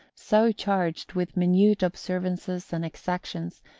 so charged with minute observances and exactions,